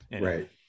right